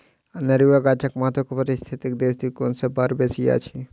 अनेरुआ गाछक महत्व पारिस्थितिक दृष्टिकोण सँ बड़ बेसी अछि